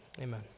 Amen